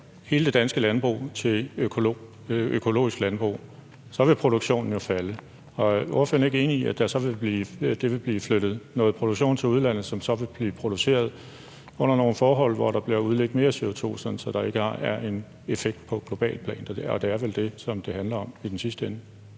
hele det danske landbrug til økologisk landbrug, vil produktionen jo falde. Er ordføreren ikke enig i, at der så vil blive flyttet noget produktion til udlandet, og at der så vil blive produceret under nogle forhold, hvor der bliver udledt mere CO2, sådan at der ikke er en effekt på globalt plan? Og det er vel det, som det handler om i den sidste ende,